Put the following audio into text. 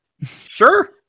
Sure